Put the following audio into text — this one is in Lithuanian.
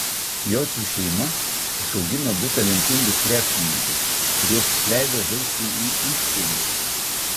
jocių šeima išaugino du talentingus krepšininkus kuriuos išleido žaisti į užsienį